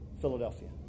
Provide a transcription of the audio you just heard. Philadelphia